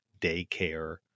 daycare